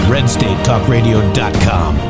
RedstateTalkRadio.com